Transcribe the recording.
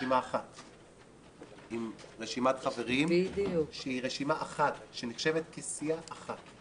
רשימת חברים שהיא רשימה אחת שנחשבת כסיעה אחת.